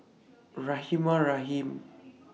Rahimah Rahim